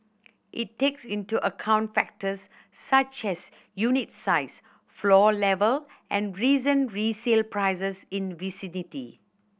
it takes into account factors such as unit size floor level and recent resale prices in vicinity